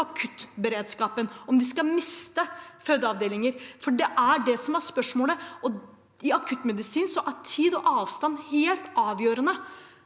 akuttberedskapen, om de skal miste fødeavdelinger. Det er det som var spørsmålet. I akuttmedisin er tid og avstand helt avgjørende.